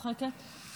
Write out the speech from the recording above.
משהו מצחיק אותך?